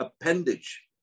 appendage